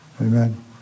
amen